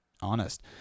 honest